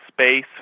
space